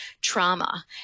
trauma